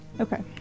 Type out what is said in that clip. Okay